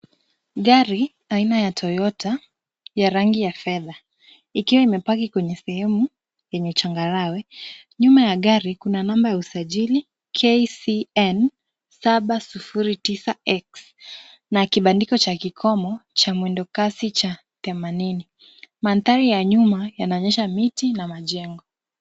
Gari ya aina ya Toyota ya rangi ya fedha ikiwa imepark kwenye sehemu yenye changarawe. Nyuma ya gari kuna namba ya usajili KCN 709X na kibandiko cha kikomo cha mwendo kasi cha themanini. Mandhari ya nyuma yanaonyesha miti na majengo.